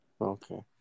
Okay